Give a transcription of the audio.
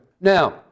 Now